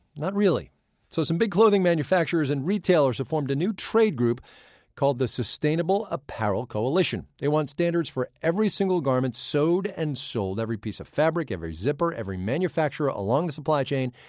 not really so some big clothing manufacturers and retailers have formed a new trade group called the sustainable apparel coalition. they want standards for every single garment sewed and sold, every piece of fabric, every zipper, every manufacturer along the supply chain,